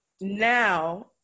Now